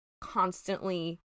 constantly